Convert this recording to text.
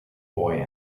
boy